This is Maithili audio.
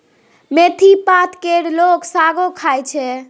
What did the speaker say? मेथी पात केर लोक सागो खाइ छै